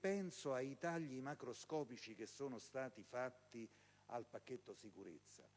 Pensiamo ai tagli macroscopici che sono stati effettuati al pacchetto sicurezza,